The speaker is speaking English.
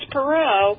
Perot